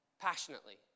passionately